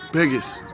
biggest